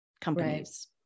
companies